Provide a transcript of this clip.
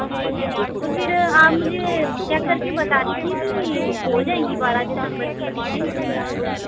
ठीक है तो फिर आप मुझे चेक करके बता दीजिए कि हो जाएगी बारह दिसंबर की टिकटें बुक